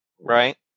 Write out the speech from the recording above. right